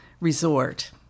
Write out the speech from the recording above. resort